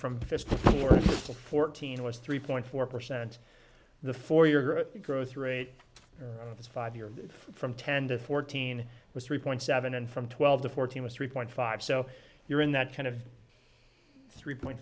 to fourteen was three point four percent the for your growth rate this five year from ten to fourteen was three point seven and from twelve to fourteen was three point five so you're in that kind of three point